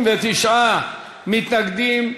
39 מתנגדים,